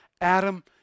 Adam